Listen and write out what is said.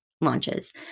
launches